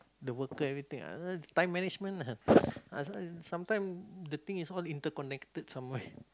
the worker everything ah time management ah ah sa~ sometime the thing is all interconnected somewhere